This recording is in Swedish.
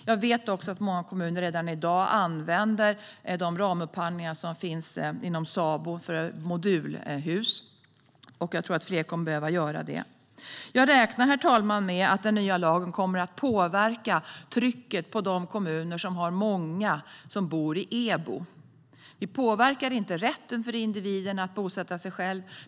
Jag vet att många kommuner redan i dag använder de ramupphandlingar som finns inom Sabo för modulhus, och jag tror att fler kommer att behöva göra det. Herr talman! Jag räknar med att den nya lagen kommer att påverka trycket på de kommuner som har många som bor i EBO. Det påverkar inte rätten för individen att bosätta sig själv.